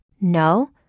No